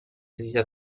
sia